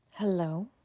Hello